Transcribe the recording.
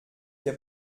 qu’a